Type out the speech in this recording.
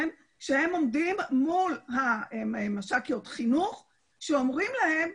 הם עומדים מול מש"קיות חינוך שאומרות להם: